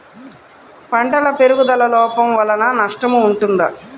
పంటల పెరుగుదల లోపం వలన నష్టము ఉంటుందా?